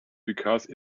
because